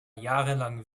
jahrelang